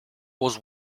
was